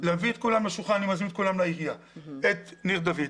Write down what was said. להביא את כולם לשולחן ואני מזמין את כולם לעירייה את ניר דוד,